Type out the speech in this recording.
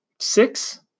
Six